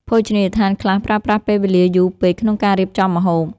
ភោជនីយដ្ឋានខ្លះប្រើប្រាស់ពេលវេលាយូរពេកក្នុងការរៀបចំម្ហូប។